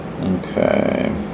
Okay